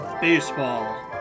Baseball